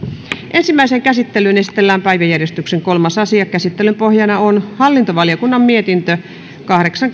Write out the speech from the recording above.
ensimmäiseen käsittelyyn esitellään päiväjärjestyksen kolmas asia käsittelyn pohjana on hallintovaliokunnan mietintö kahdeksan